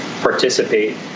participate